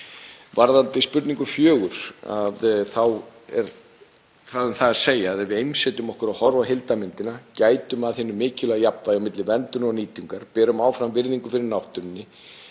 Varðandi spurningu fjögur þá er það að segja að ef við einsetjum okkur að horfa á heildarmyndina, gætum að hinu mikilvæga jafnvægi á milli verndar og nýtingar, berum áfram virðingu fyrir náttúrunni,